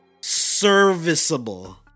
serviceable